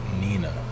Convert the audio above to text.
Nina